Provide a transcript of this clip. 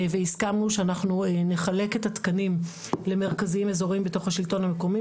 והסכמנו שאנחנו נחלק את התקנים במרכזים האיזוריים בתוך השלטון המקומי,